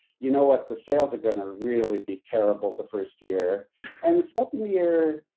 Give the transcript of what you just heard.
you know what, the sales are gonna really be terrible the first year and second year,